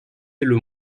passer